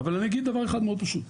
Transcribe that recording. אבל אני אגיד דבר אחד מאוד פשוט,